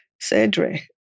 surgery